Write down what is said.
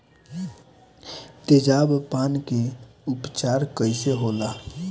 तेजाब पान के उपचार कईसे होला?